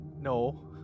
no